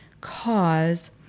cause